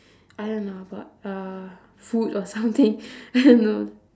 I don't know about uh food or something I don't know